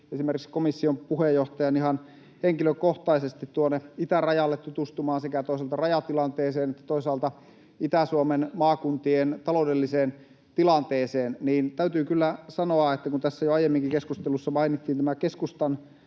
esimerkiksi komission puheenjohtajan ihan henkilökohtaisesti itärajalle tutustumaan sekä toisaalta rajatilanteeseen että toisaalta Itä-Suomen maakuntien taloudelliseen tilanteeseen. Täytyy kyllä sanoa, että kun tässä jo aiemminkin keskustelussa mainittiin tämä keskustan